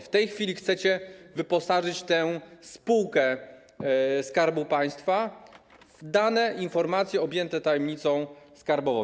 W tej chwili chcecie wyposażyć tę spółkę Skarbu Państwa w dane, informacje objęte tajemnicą skarbową.